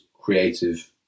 creative